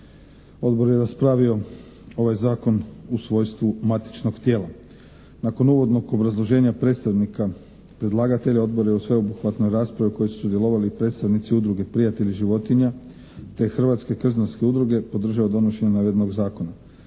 Odbor je raspravio ovaj zakon u svojstvu matičnog tijela. Nakon uvodnog obrazloženja predstavnika predlagatelja, odbor je u sveobuhvatnoj raspravi u kojoj su sudjelovali i predstavnici Udruge prijatelji životinja, te Hrvatske krznarske udruge podržao donošenje navedenog zakona.